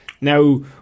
Now